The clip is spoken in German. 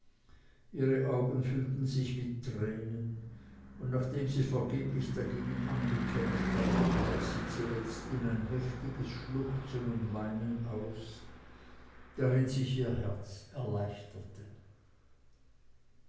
ihre augen füllten sich mit tränen und nachdem sie vergeblich dagegen angekämpft hatte brach sie zuletzt in ein heftiges schluchzen und weinen aus darin sich ihr herz erleichterte